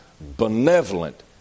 benevolent